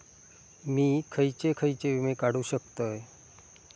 मी खयचे खयचे विमे काढू शकतय?